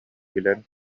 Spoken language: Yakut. билэн